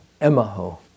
Emaho